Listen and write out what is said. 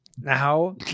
Now